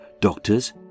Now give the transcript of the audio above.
doctors